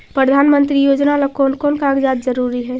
प्रधानमंत्री योजना ला कोन कोन कागजात जरूरी है?